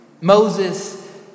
Moses